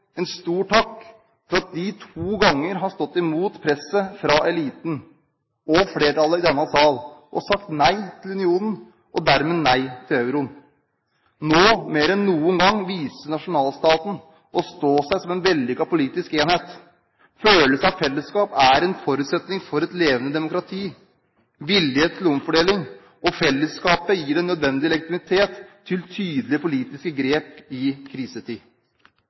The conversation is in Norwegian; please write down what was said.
en stor takk for at man to ganger har stått imot presset fra eliten og flertallet i denne sal og sagt nei til unionen og dermed nei til euroen. Nå – mer enn noen gang – viser nasjonalstaten å stå seg som en vellykket politisk enhet. Følelse av fellesskap er en forutsetning for et levende demokrati og vilje til omfordeling. Fellesskapet gir en nødvendig legitimitet til tydelige politiske grep i krisetid.